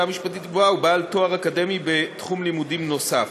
משפטית גבוהה הוא בעל תואר אקדמי בתחום לימודים נוסף.